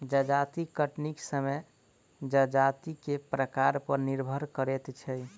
जजाति कटनीक समय जजाति के प्रकार पर निर्भर करैत छै